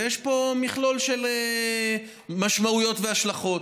ויש פה מכלול של משמעויות והשלכות.